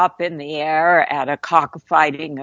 up in the air add a cockfighting